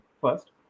First